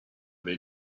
they